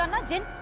um a jinn!